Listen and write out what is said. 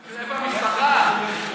איפה המשפחה?